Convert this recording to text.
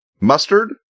mustard